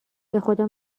بخدا